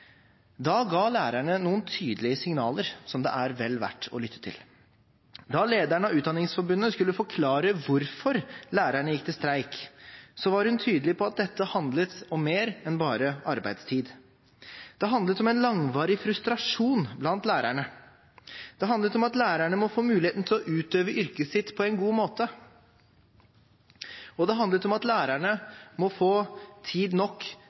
Da ga lærerne noen tydelige signaler som det er vel verd å lytte til. Da lederen av Utdanningsforbundet skulle forklare hvorfor lærerne gikk til streik, var hun tydelig på at dette handlet om mer enn bare arbeidstid. Det handlet om en langvarig frustrasjon blant lærerne. Det handlet om at lærerne må få muligheten til å utøve yrket sitt på en god måte, og det handlet om at lærerne må få tid nok